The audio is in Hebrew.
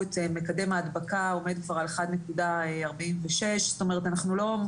את מקדם ההדבקה שעומד כבר על 1.46. זאת אומרת אנחנו לא,